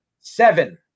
Seven